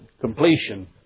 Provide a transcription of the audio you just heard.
Completion